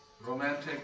romantic